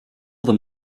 them